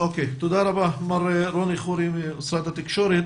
תודה רבה לרוני חורי ממשרד התקשורת.